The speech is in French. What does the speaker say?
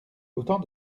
autant